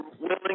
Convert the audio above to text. willing